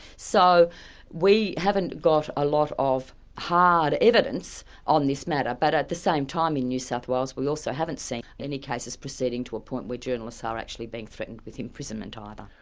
so we haven't got a lot of hard evidence on this matter, but at the same time in new south wales we also haven't seen any case proceeding to a point where journalists are actually being threatened with imprisonment either.